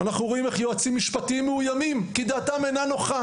אנחנו רואים איך יועצים משפטיים מאוימים כי דעתם אינה נוחה.